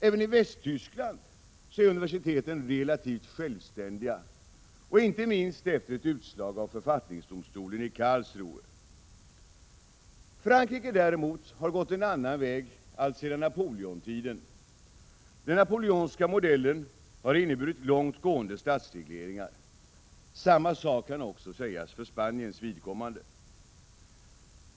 Även i Västtyskland är universiteten relativt självständiga, inte minst efter ett utslag av författningsdomstolen i Karlsruhe. Frankrike däremot har gått en annan väg alltsedan Napoleontiden. Den napoleonska modellen har inneburit långt gående statsregleringar. Samma sak kan också sägas gälla för Spaniens vidkommande.